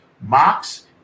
Mox